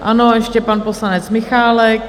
Ano, ještě pan poslanec Michálek.